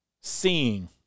seeing